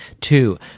Two